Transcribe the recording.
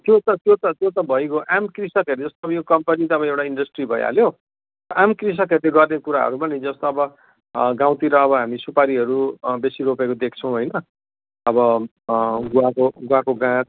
त्यो त त्यो त त्यो त भइगयो आम कृषकहरूले जस्तो यो कम्पनी त अब एउटा इन्डस्ट्री भइहाल्यो आम कृषकहरूले गर्ने कुराहरू पनि जस्तो अब गाउँतिर अब हामी सुपारीहरू बेसी रोपेको देख्छौँ होइन अब गुवाको गुवाको गाछ